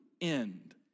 end